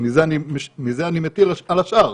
ומזה אני מטיל על השאר,